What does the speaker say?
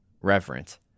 Reverent